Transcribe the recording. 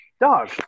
dog